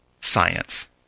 science